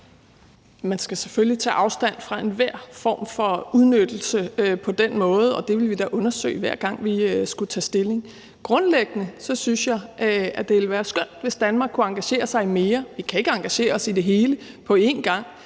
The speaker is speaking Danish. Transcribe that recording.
Man skal selvfølgelig tage afstand fra enhver form for udnyttelse på den måde, og det vil vi da undersøge, hver gang vi vil skulle tage stilling. Grundlæggende synes jeg det ville være skønt, hvis Danmark kunne engagere sig i mere. Vi kan ikke engagere os i det hele på en gang.